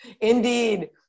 Indeed